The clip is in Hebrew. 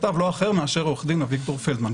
שכתב לא אחר מאשר עו"ד אביגדור פלדמן,